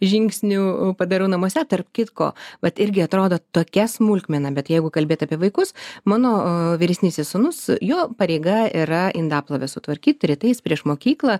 žingsnių padarau namuose tarp kitko vat irgi atrodo tokia smulkmena bet jeigu kalbėt apie vaikus mano vyresnysis sūnus jo pareiga yra indaplovę sutvarkyt rytais prieš mokyklą